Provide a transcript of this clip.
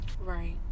right